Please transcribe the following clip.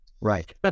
Right